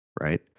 right